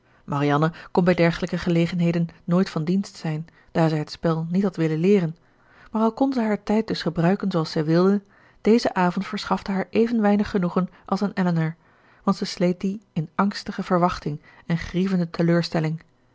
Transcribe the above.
marianne kon bij dergelijke gelegenheden nooit van dienst zijn daar zij het spel niet had willen leeren maar al kon zij haar tijd dus gebruiken zooals zij wilde deze avond verschafte haar even weinig genoegen als aan elinor want zij sleet dien in angstige verwachting en grievende teleurstelling